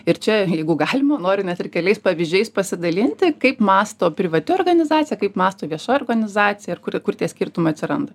ir čia jeigu galima noriu net ir keliais pavyzdžiais pasidalinti kaip mąsto privati organizacija kaip mąsto vieša organizacija ir kuri kur tie skirtumai atsiranda